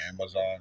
Amazon